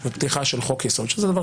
חצי שנה של הפגנות --- מירב.